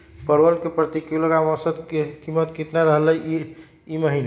परवल के प्रति किलोग्राम औसत कीमत की रहलई र ई महीने?